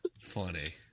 funny